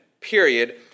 period